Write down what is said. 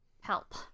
help